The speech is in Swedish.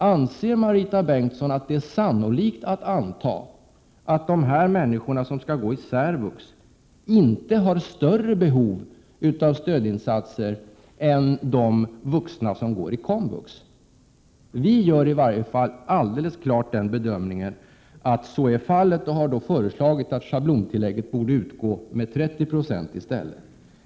Anser Marita Bengtsson att det är sannolikt att anta att de människor som skall gå i särvux inte har större behov av stödinsater än de vuxna som går i komvux? Vi gör i varje fall alldeles klart den bedömningen att så är fallet och har därför föreslagit att schablontillägget skall utgå med 30 9 i stället.